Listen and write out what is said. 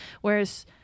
whereas